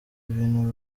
ibintu